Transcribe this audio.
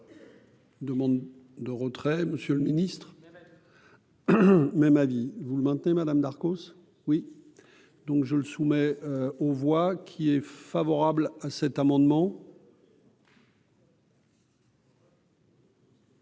Demande de retrait Monsieur le Ministre, même avis vous le maintenez Madame Darcos oui, donc je le soumets aux voix qui est favorable à cet amendement.